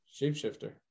Shapeshifter